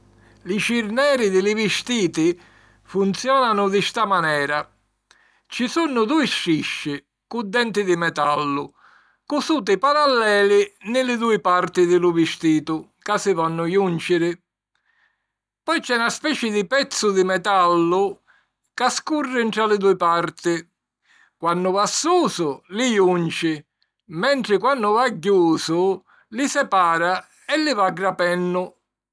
Li cirneri di li vistiti funziònanu di sta manera: ci sunnu dui strisci, cu denti di metallu, cusuti paralleli nni li dui parti di lu vistitu ca si vonnu jùnciri. Poi c'è na speci di pezzu di metallu ca scurri ntra li dui parti; quannu va susu, li junci mentri quannu va jusu, li separa e li va grapennu.